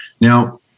Now